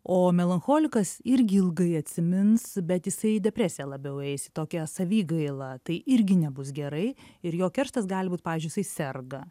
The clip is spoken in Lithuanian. o melancholikas irgi ilgai atsimins bet jisai į depresiją labiau eis į tokią savigailą tai irgi nebus gerai ir jo kerštas gali būt pavyzdžiui jisai serga